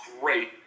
great